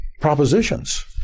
propositions